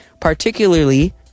particularly